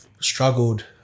struggled